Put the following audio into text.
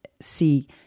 see